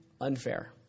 unfair